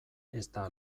ezta